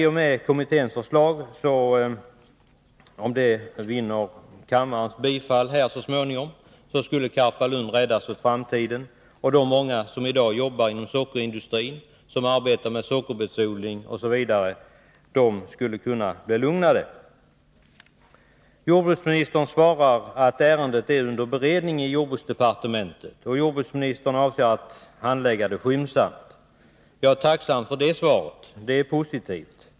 Om kommitténs förslag så småningom vinner kammarens bifall skulle Karpalund räddas för framtiden och de många som i dag jobbar inom sockerindustrin, och inom jordbruket med sockerbetsodling osv., skulle kunna bli lugnade. Jordbruksministern svarar att ärendet är under beredning i jordbruksdepartementet, och jordbruksministern avser att handlägga det skyndsamt. Jag är tacksam för det svaret, det är positivt.